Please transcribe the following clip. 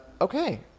okay